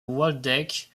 waldeck